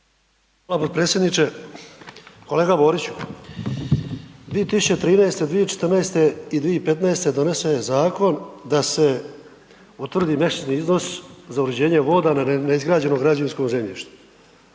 Hvala potpredsjedniče. Kolega Boriću, 2013., 2014. i 2015. donesen je zakon da se utvrdi …/nerazumljivo/… iznos za uređenje voda na neizgrađenom građevinskom zemljištu.